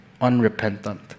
Unrepentant